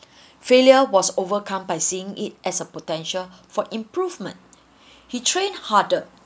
failure was overcome by seeing it as a potential for improvement he trained harder